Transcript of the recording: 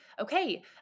okay